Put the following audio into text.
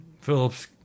Phillips